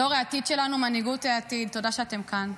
דור העתיד שלנו, מנהיגות העתיד, תודה שאתם כאן,